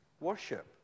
worship